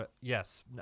Yes